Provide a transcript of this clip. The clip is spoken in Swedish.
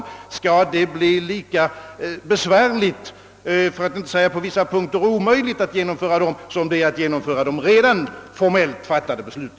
Det skall väl inte bli lika besvärligt för att inte säga omöjligt att genomföra dem som det är då det gäller de redan formellt fattade besluten.